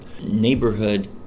neighborhood